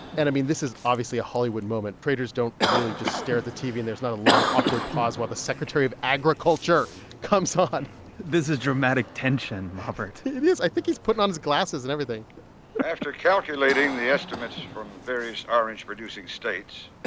and, i mean, this is obviously a hollywood moment. traders don't really just stare at the tv and there's not a long, awkward pause while the secretary of agriculture comes on this is dramatic tension, robert it is. i think he's putting on his glasses and everything after calculating the estimates from various orange-producing states,